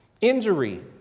injury